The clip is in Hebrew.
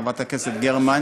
חברת הכנסת גרמן,